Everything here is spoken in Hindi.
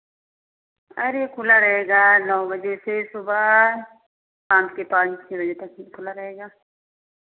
अरे खुला रहेगा नौ बजे से सुबह शाम के पाँच छह बजे तक खुला रहेगा